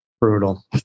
Brutal